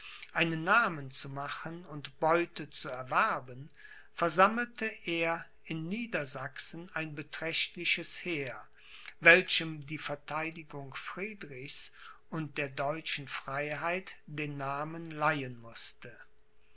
einen namen zu machen und beute zu erwerben versammelte er in niedersachsen ein beträchtliches heer welchem die verteidigung friedrichs und der deutschen freiheit den namen leihen mußte